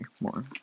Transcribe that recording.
more